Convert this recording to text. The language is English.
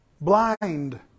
blind